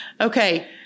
okay